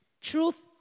Truth